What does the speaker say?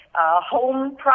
Home